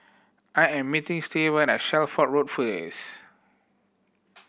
I am meeting Stevan at Shelford Road first